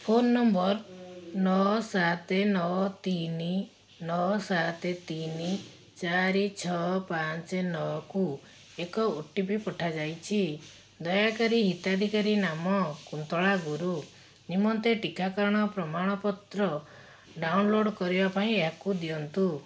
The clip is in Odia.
ଫୋନ୍ ନମ୍ବର୍ ନଅ ସାତ ନଅ ତିନି ନଅ ସାତ ତିନି ଚାରି ଛଅ ପାଞ୍ଚ ନଅକୁ ଏକ ଓ ଟି ପି ପଠାଯାଇଛି ଦୟାକରି ହିତାଧିକାରୀ ନାମ କୁନ୍ତଳା ଗୁରୁ ନିମନ୍ତେ ଟିକାକରଣର ପ୍ରମାଣପତ୍ର ଡାଉନଲୋଡ଼୍ କରିବା ପାଇଁ ଏହାକୁ ଦିଅନ୍ତୁ